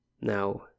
now